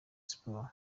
sports